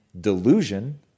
delusion